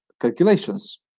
calculations